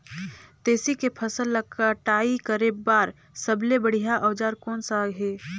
तेसी के फसल ला कटाई करे बार सबले बढ़िया औजार कोन सा हे?